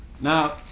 Now